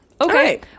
Okay